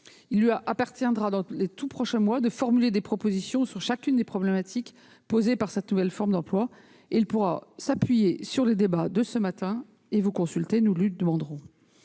Il lui appartiendra dans les tout prochains mois de formuler des propositions sur chacune des problématiques posées par cette nouvelle forme d'emploi ; il pourra s'appuyer sur les débats de ce matin, et nous lui demanderons